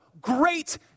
great